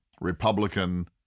Republican